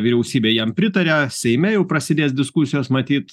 vyriausybė jam pritaria seime jau prasidės diskusijos matyt